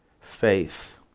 Faith